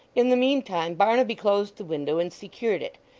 in the meantime, barnaby closed the window and secured it,